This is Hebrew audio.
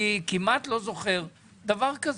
אני כמעט לא זוכר דבר כזה,